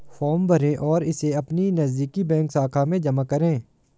form भरें और इसे अपनी नजदीकी बैंक शाखा में जमा करें